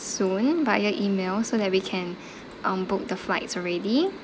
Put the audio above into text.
soon via email so that we can um book the flights already